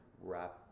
wrap